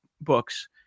books